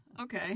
Okay